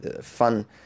fun